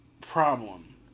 problem